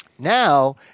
Now